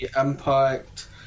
impact